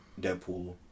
Deadpool